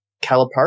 Calipari